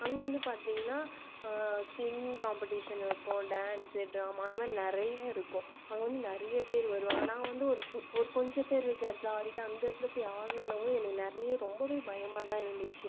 அங்கே வந்து பார்த்தீங்கன்னா சிங்கிங் காம்பட்டிஷன் இருக்கும் டான்ஸு டிராமா அந்தமாதிரி நிறைய இருக்கும் அங்கே வந்து நிறைய பேர் வருவாங்க நாங்கள் வந்து ஒரு கூ ஒரு கொஞ்சம் பேர் இருக்க இடத்துல ஆடிவிட்டு அந்த இடத்துல போய் ஆடணுன்னோவும் எனக்கு நிறைய ரொம்ப பயமாதான் இருந்துச்சு